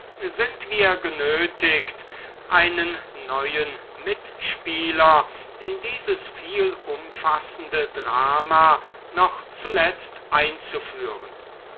sind wir genötigt einen neuen mitspieler in dieses vielumfassende drama noch zuletzt einzuführen